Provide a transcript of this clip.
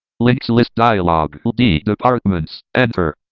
links list dialogue. d departments. enter.